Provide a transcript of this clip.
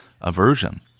aversion